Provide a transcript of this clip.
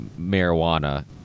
marijuana